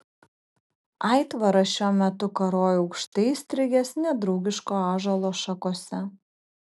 aitvaras šiuo metu karojo aukštai įstrigęs nedraugiško ąžuolo šakose